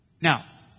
Now